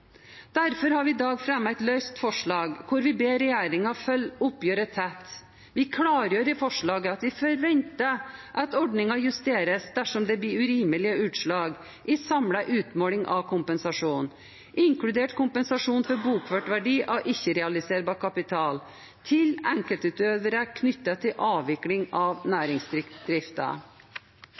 Derfor har vi i dag fremmet et løst forslag, hvor vi ber regjeringen følge oppgjøret tett. Vi klargjør i forslaget at vi «forventer at ordningen justeres dersom det blir urimelige utslag i samlet utmåling av kompensasjon, inkludert kompensasjonen for bokført verdi av ikke-realiserbar kapital, til enkeltutøvere knyttet til avvikling av